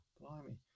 Blimey